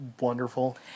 wonderful